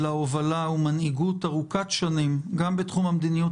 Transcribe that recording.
אלא הובלה ומנהיגות ארוכת שנים בתחום המדיניות